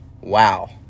Wow